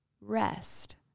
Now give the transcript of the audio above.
rest